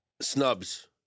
snubs